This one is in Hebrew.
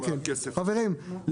חברים,